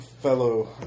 Fellow